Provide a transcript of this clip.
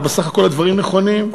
אבל בסך הכול הדברים נכונים,